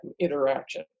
interaction